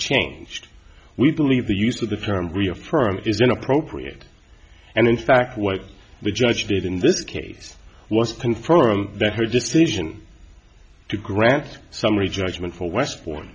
changed we believe the use of the term reaffirm is inappropriate and in fact what the judge did in this case was confirmed that her decision to grant summary judgment for west